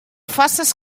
faces